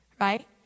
right